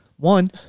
one